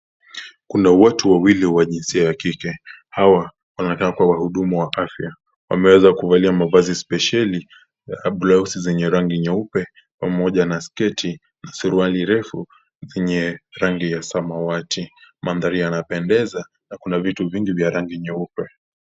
Kuna watu wawili wa jinsia ya kike. Hawa wanakaa kuwa wahudumu wa afya. Wameweza kuvalia mavazi spesheli, blausi zenye rangi nyeupe, pamoja na sketi na suruali refu, yenye rangi ya samawati. Mandhari yanapendeza na kuna vitu vingi vya rangi ya nyeupe.